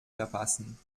verpassen